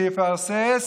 שיפרסס,